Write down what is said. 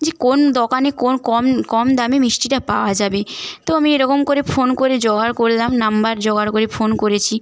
যে কোন দোকানে কোন কম কম দামে মিষ্টিটা পাওয়া যাবে তো আমি এ রকম করে ফোন করে জোগাড় করলাম নম্বর জোগাড় করে ফোন করেছি